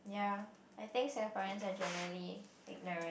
ya I think Singaporeans are generally ignorant